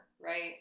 right